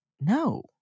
No